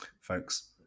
folks